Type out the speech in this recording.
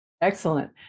Excellent